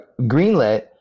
Greenlit